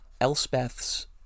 Elspeth's